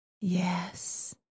Yes